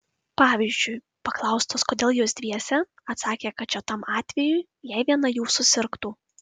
pavyzdžiui paklaustos kodėl jos dviese atsakė kad čia tam atvejui jei viena jų susirgtų